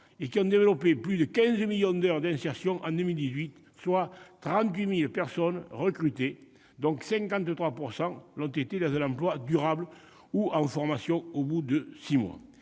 et qui ont développé plus de 15 millions d'heures d'insertion en 2018, soit 38 000 personnes recrutées, dont 53 % l'ont été dans un emploi durable ou en formation au bout de six mois.